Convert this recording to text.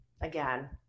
Again